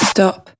Stop